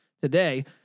today